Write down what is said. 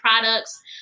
products